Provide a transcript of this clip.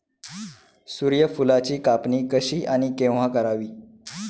सूर्यफुलाची कापणी कशी आणि केव्हा करावी?